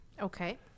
Okay